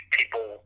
people